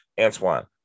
Antoine